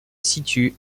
situe